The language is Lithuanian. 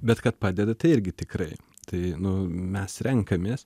bet kad padeda tai irgi tikrai tai nu mes renkamės